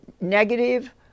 negative